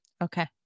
Okay